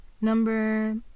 Number